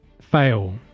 Fail